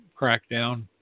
crackdown